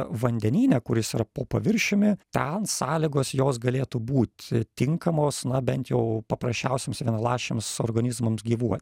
vandenyne kuris yra po paviršiumi ten sąlygos jos galėtų būti tinkamos na bent jau paprasčiausiems vienaląsčiams organizmams gyvuoti